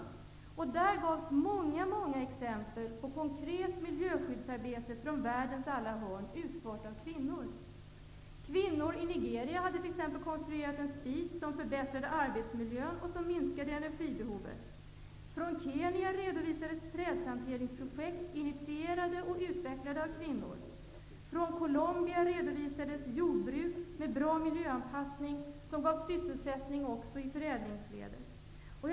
Där gavs det från världens alla hörn väldigt många exempel på konkret miljöskyddsarbete utfört av kvinnor. Kvinnor i Nigeria hade t.ex. konstruerat en spis som innebar en förbättrad arbetsmiljö och som minskade energibehovet. Från Kenya redovisades trädplanteringsprojekt initierade och utvecklade av kvinnor. Från Colombia redovisades jordbruk med en bra miljöanpassning, som gav sysselsättning också i förädlingsledet.